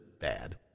bad